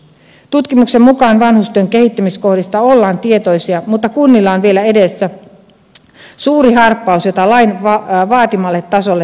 tutkimuksen mukaan vanhustyön kehittämiskohdista ollaan tietoisia mutta kunnilla on vielä edessä suuri harppaus jotta lain vaatimalle tasolle päästään